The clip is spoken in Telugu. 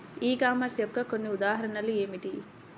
ఈ కామర్స్ యొక్క కొన్ని ఉదాహరణలు ఏమిటి?